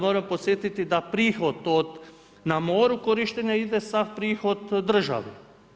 Moram podsjetiti da prihod od na moru korištenja ide sav prihod državi.